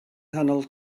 nghanol